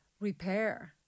repair